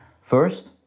First